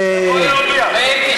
הוא יכול לחזור בו.